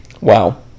wow